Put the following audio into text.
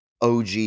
OG